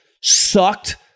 sucked